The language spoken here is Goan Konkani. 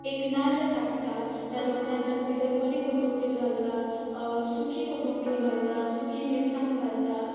एक नाल्ल काततां ताज्या उपरांत तातूंत भितर ओली कोथंबीर घालतां सुकी कोथंबीर घालतां सुकी मिरसांग घालतां